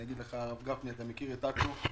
הרב גפני, אתה מכיר את עכו.